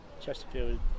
Chesterfield